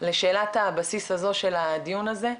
לשאלת הבסיס הזו של הדיון הזה,